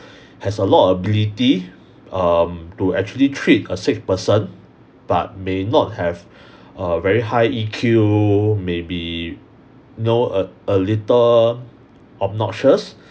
has a lot of ability um to actually treat a sick person but may not have a very high E_Q may be you know uh a little obnoxious